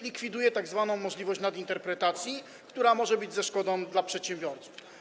Likwiduje to możliwość nadinterpretacji, która może być ze szkodą dla przedsiębiorców.